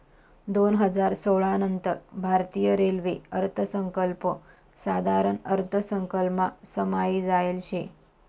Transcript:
दोन हजार सोळा नंतर भारतीय रेल्वे अर्थसंकल्प साधारण अर्थसंकल्पमा समायी जायेल शे